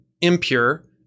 impure